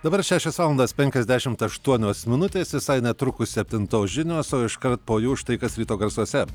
dabar šešios valandos penkiasdešimt aštuonios minutės visai netrukus septintos žinos iškart po jų štai kas ryto garsuose